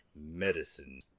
medicine